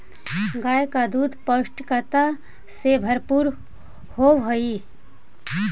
गाय का दूध पौष्टिकता से भरपूर होवअ हई